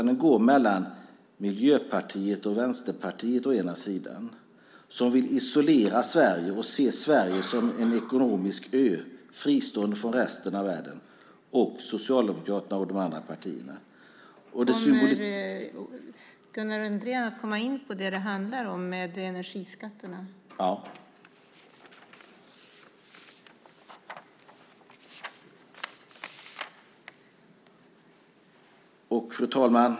Den går mellan Miljöpartiet och Vänsterpartiet å ena sidan - som vill isolera Sverige och ser Sverige som en ekonomisk ö fristående från resten av världen - och Socialdemokraterna och de andra partierna å andra sidan. Ja. Fru talman!